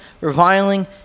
reviling